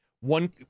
one